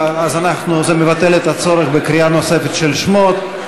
אז זה מבטל את הצורך בקריאה נוספת של שמות.